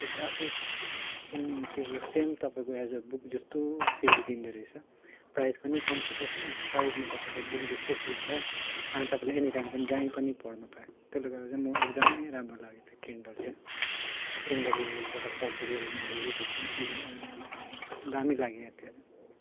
त्यो ग्राफिक्स चाहिँ त्यो सेम तपाईँको एज अ बुक जस्तो फिल दिँदोरहेछ प्राइज पनि कम्ती त्यसमा प्राइजमा तपाईँले बुक जस्तो फिल पायो अन्त तपाईँले एनी टाइम पनि जहीँ पनि पढनु पायो त्यसले गर्दा चाहिँ म एकदमै राम्रो लाग्यो त्यो किन्डल चाहिँ किन्डलबाट परचेज गरेको ई बुक चाहिँ दामी लाग्यो त्यो